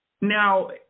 now